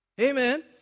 Amen